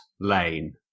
Lane